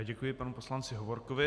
Děkuji panu poslanci Hovorkovi.